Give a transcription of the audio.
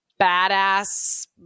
badass